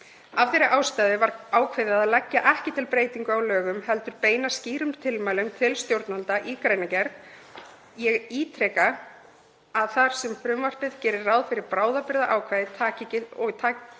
Af þeirri ástæðu var ákveðið að leggja ekki til breytingu á lögum heldur beina skýrum tilmælum til stjórnvalda í greinargerð. Ég ítreka að þar sem frumvarpið gerir ráð fyrir að bráðabirgðaákvæði taki gildi